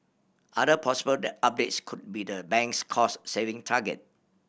other possible the updates could be the bank's cost saving target